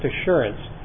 assurance